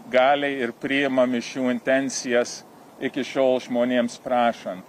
gali ir priima mišių intencijas iki šiol žmonėms prašant